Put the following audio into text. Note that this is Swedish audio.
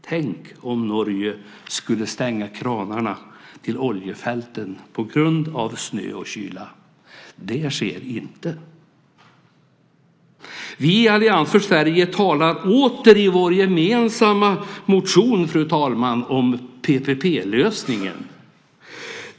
Tänk om Norge skulle stänga kranarna till oljefälten på grund av snö och kyla! Det sker inte. Vi i Allians för Sverige talar åter i vår gemensamma motion, fru talman, om PPP-lösningen.